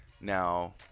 now